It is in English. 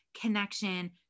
connection